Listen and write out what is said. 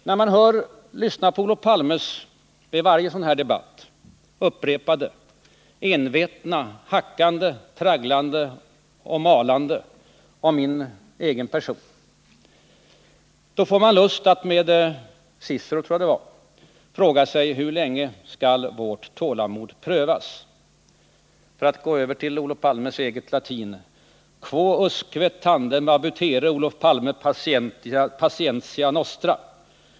När man lyssnar på Olof Palmes vid varje sådan här debatt upprepade envetna hackande, tragglande och malande om min person, får man lust att med Cicero, tror jag det var, fråga: Hur länge skall vårt tålamod prövas? Eller för att gå över till Olof Palmes eget latin: Quousque tandem abutere, Olof Palme, patientia nostra?